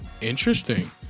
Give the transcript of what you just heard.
Interesting